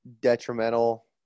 detrimental